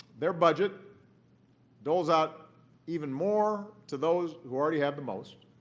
their budget doles out even more to those who already have the most